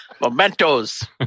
Mementos